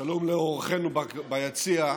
שלום לאורחינו ביציע,